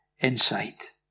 insight